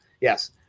yes